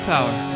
power